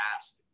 asked